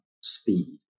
speed